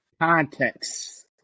Context